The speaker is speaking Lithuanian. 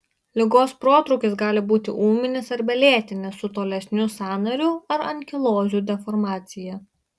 ligos protrūkis gali būti ūminis arba lėtinis su tolesniu sąnarių ar ankilozių deformacija